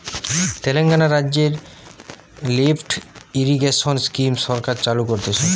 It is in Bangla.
তেলেঙ্গানা রাজ্যতে লিফ্ট ইরিগেশন স্কিম সরকার চালু করতিছে